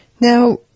Now